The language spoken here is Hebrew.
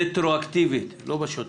רטרואקטיבית לא בשוטף,